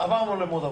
עברנו ל-mode עבודה.